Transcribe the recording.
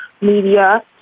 media